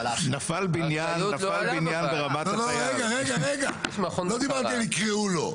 לא לא רגע רגע, לא דיברתי על יקראו לו.